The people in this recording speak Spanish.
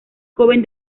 joven